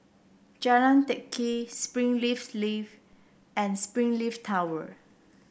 Jalan Teck Kee Springleaf Leaf and Springleaf Tower